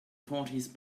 fourties